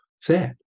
sad